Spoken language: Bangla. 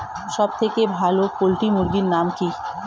সবথেকে ভালো পোল্ট্রি মুরগির নাম কি?